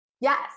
Yes